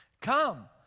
Come